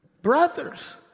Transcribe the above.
Brothers